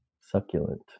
succulent